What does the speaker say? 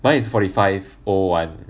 mine is forty five zero one